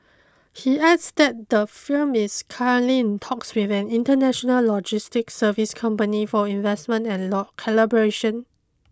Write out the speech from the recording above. he adds that the firm is currently in talks with an international logistics service company for investment and law collaboration